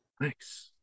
thanks